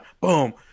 boom